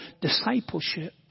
discipleship